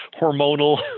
hormonal